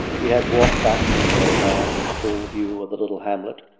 he had walked back with the old man in full view of the little hamlet,